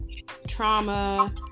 trauma